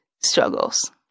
struggles